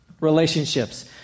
relationships